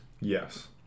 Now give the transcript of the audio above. Yes